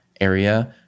area